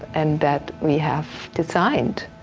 and that we have designed.